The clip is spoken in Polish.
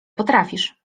potrafisz